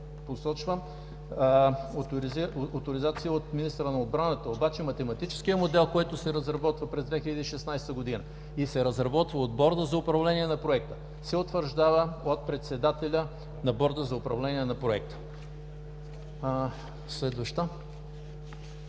посочвам, оторизация от министъра на отбраната, обаче математическият модел, който се разработва през 2016 г. и се разработва от Борда за управление на проекта, се утвърждава от председателя на Борда за управление на проекта. (Показва